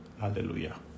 Hallelujah